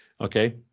Okay